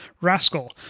Rascal